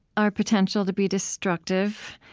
our potential to be destructive,